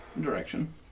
direction